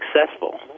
successful